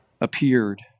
appeared